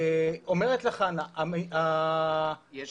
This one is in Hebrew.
אומרת חנה --- יש